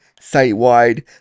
site-wide